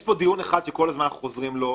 יש פה דיון אחד שכל הזמן אנחנו חוזרים עליו,